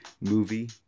movie